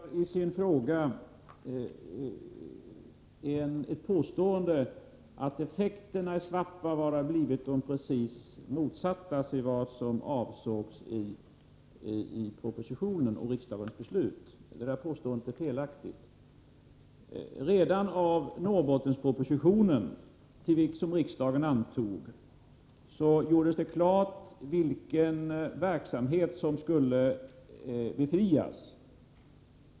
Herr talman! Christer Eirefelt gör i sin fråga ett påstående, att effekterna i Svappavaara har blivit precis de motsatta mot vad som avsågs i propositionen och riksdagens beslut. Det påståendet är felaktigt. Redan i Norrbottenspropositionen, som riksdagen antog, gjordes klart vilken verksamhet som skulle befrias.